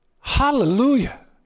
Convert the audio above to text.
Hallelujah